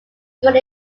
school